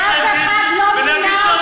אף אחד לא מינה,